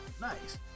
Nice